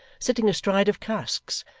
sitting astride of casks,